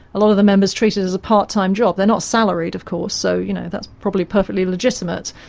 a lot of the members treat it as a part-time job, they're not salaried, of course, so you know that's probably perfectly legitimate.